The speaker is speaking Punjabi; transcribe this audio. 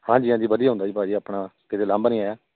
ਹਾਂਜੀ ਹਾਂਜੀ ਵਧੀਆ ਹੁੰਦਾ ਜੀ ਭਾਜੀ ਆਪਣਾ ਕਿਤੇ ਉਲਾਂਭਾ ਨਹੀਂ ਆਇਆ